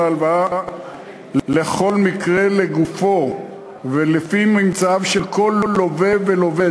ההלוואה בכל מקרה לגופו ולפי מצבו של כל לווה ולווה.